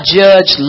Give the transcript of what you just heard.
judge